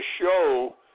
show